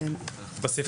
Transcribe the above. בסעיף